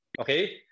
okay